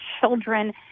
children